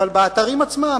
אבל באתרים עצמם,